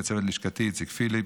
לצוות לשכתי איציק פליפ,